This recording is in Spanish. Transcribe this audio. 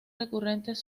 recurrentes